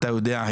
אתה יודע,